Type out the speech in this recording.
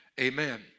Amen